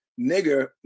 nigger